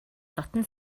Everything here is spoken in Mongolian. дотно